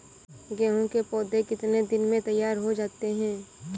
गेहूँ के पौधे कितने दिन में तैयार हो जाते हैं?